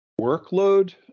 workload